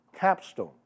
capstone